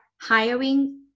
hiring